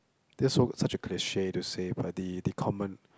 this so such a cliche to say but the common